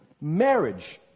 Marriage